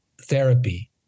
therapy